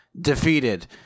Defeated